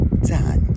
done